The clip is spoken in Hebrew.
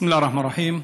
בסם אללה א-רחמאן א-רחים.